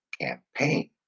campaign